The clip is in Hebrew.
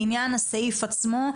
לעניין הסעיף עצמו.